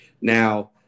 Now –